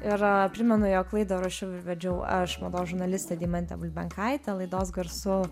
ir primenu jog laidą rašiau ir vedžiau aš mados žurnalistė deimantė bulbenkaitė laidos garsu